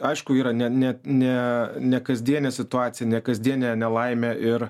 aišku yra net ne nekasdienė situacija nekasdienė nelaimė ir